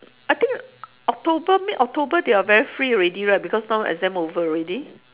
I think october mid october they are very free already right because now exam over already